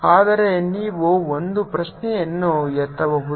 ಆದರೆ ನೀವು ಒಂದು ಪ್ರಶ್ನೆಯನ್ನು ಎತ್ತಬಹುದು